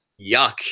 Yuck